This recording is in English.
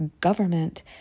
government